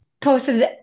posted